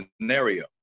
scenario